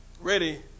Ready